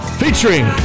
featuring